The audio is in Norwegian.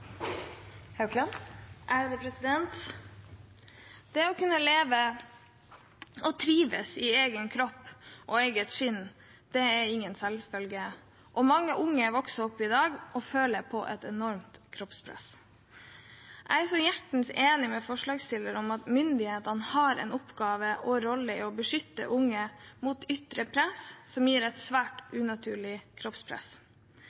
refererte til. Det å kunne leve og trives i egen kropp og eget skinn er ingen selvfølge. Mange unge som vokser opp i dag, føler på et enormt kroppspress. Jeg er så hjertens enig med forslagsstilleren i at myndighetene har en oppgave og en rolle i å beskytte unge mot ytre press som gir et svært